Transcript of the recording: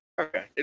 Okay